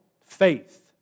faith